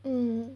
mm